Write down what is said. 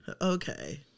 Okay